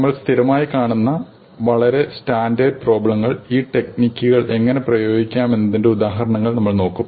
നമ്മൾ സ്ഥിരമായി കാണുന്ന വളരെ സ്റ്റാൻഡേർഡ് പ്രോബ്ലങ്ങളിൽ ഈ ടെക്നിക്കുകൾ എങ്ങനെ പ്രയോഗിക്കാമെന്നതിന്റെ ഉദാഹരണങ്ങൾ നമ്മൾ നോക്കും